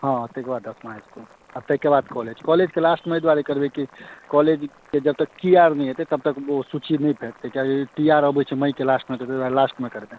हँ ताहिके बाद दशमा हाइ इस्कुल आ ताहिके बाद कॉलेज कॉलेजके लास्टमे एहि दुआरे करबै कि कॉलेजके जबतक टी आर नहि एतै तबतक सूची नहि भेटतै कियाकि टी आर आबैत छै मइके लास्टमे ताहि दुआरे लास्टमे करबै